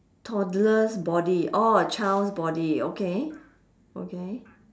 toddler's body orh child's body okay okay